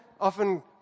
Often